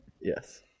Yes